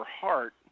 heart